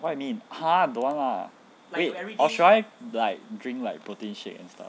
what you mean !huh! don't want lah wait or should I like drink like protein shake and stuff